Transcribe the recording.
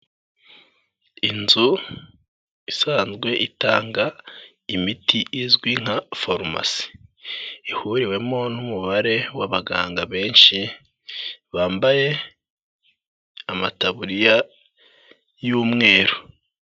Inzu isanzwe itanga imiti izwi nka farumasi, ihuriwemo n'umubare w'abaganga benshi bambaye amataburiya y'umweru.